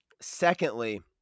secondly